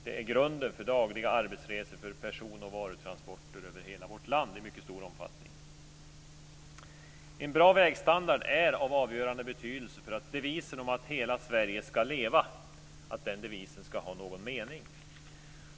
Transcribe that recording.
Det är grunden för dagliga arbetsresor och person och varutransporter över hela vårt land i mycket stor omfattning. En bra vägstandard är av avgörande betydelse för att devisen om att hela Sverige skall leva skall ha någon mening.